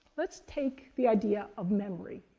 let's take the idea of memory.